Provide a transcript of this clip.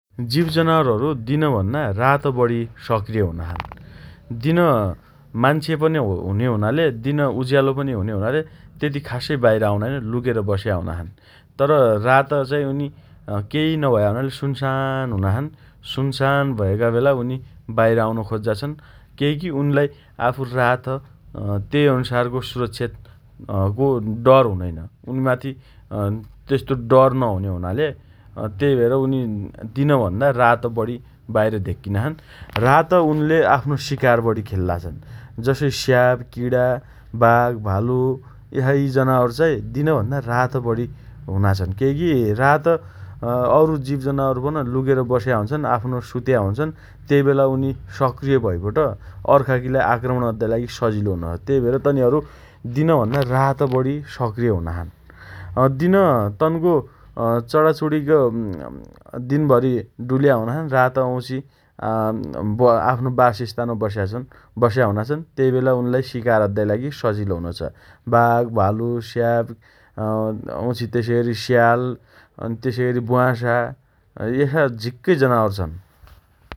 जीव जनावरहरू दिन भन्ना रात बढी सक्रिय हुना छन् । दिन मान्छे पन हुने हुनाले दिन उज्यालो पनि हुने हुनाले त्यति खासै बाहिर आउनाइन । लुकेर बस्या हुना छन् । तर, रात चाही उनी केइ नभया हुनाले सुनसान हुना छन् । सुनसान भएका बेला उनी बाहिर आउन खोज्जा छन् । केइकी उनलाई आफू रात अँ तेई अनुसारको सुरक्षाको अँ डर हुनैन । उनीमाथि अँ तेस्ते डर नहुने हुनाले अँ तेइ भएर उनी दिनभन्दा रात बढी सक्रिय बाहिर देक्किना छन् । रात उनले आफ्नो शिकार बढी खेल्ला छन् । जसै स्याब, किणा, बाघ, भालू यसा यी जनावर रात बढी हुना छन् । केइ की रात अँ औरु जीव जनावर पन लुकेर बस्या हुन्छन् । आफ्नो सुत्या हुन्छन् । तेइ बेला उनी सक्रिय भइ बट अर्खाइकीलाई आक्रमण अद्दाइलागि सजिलो हुनो छ । तेइ भएर तनीहरू दिनभन्ना रात बढी सक्रिय हुना छन् । अँ दिन तन्को अँ चणाचुरीको अँ म् दिनभरि डुल्या हुना छन् । रात वाउँम्छी आँ आफ्नो वासस्थान बस्या छन् । बस्या हुना छन् । तेइबेला उनलाई शिकार अद्दाइ लागि सजिलो हुनो छ । बाघ, भालू, स्याब अँ वाउम्छि तेसइ अरि स्याल, तेसइ अरि ब्वाँसा । एसा झिक्कै जनावर छन् ।